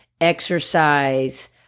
exercise